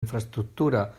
infraestructura